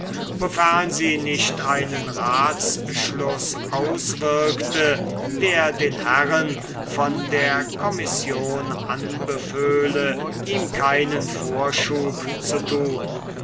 wofern sie nicht einen ratschluß auswirkte der den herren von der commission anbeföhle ihm keinen vorschub zu tun